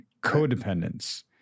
codependence